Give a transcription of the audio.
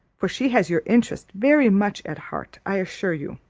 for she has your interest very much at heart, i assure you.